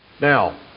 Now